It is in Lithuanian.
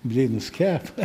blynus kepa